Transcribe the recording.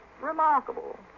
remarkable